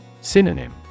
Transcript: Synonym